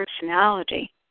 personality